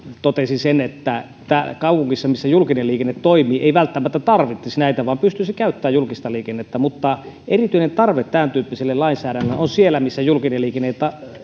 totesin että täällä kaupungissa missä julkinen liikenne toimii ei välttämättä tarvittaisi näitä vaan pystyisi käyttämään julkista liikennettä erityinen tarve tämäntyyppiselle lainsäädännölle on siellä missä julkinen liikenne